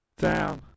down